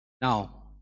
Now